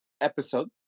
episode